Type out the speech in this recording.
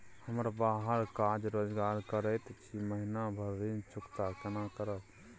हम बाहर काज रोजगार करैत छी, महीना भर ऋण चुकता केना करब?